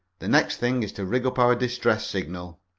the next thing is to rig up our distress signal.